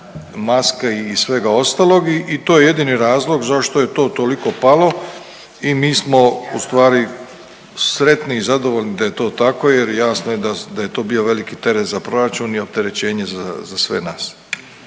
maske i svega ostaloga i to je jedini razlog zašto je to toliko palo. I mi smo ustvari sretni i zadovoljni da je to tako jer jasno je da to bio veliki teret za proračun i opterećenje za sve nas.